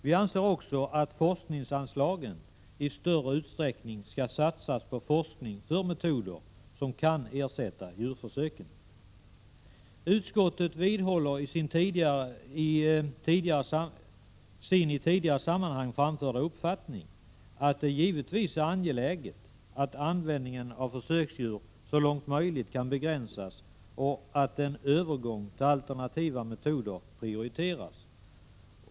Vi anser också att forskningsanslagen i större utsträckning skall satsas på forskning för metoder som kan ersätta djurförsök. Utskottet vidhåller sin i tidigare sammanhang framförda uppfattning att det givetvis är angeläget att användningen av försöksdjur så långt möjligt begränsas och att en övergång till alternativa metoder prioriteras.